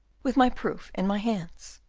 with my proofs in my hands.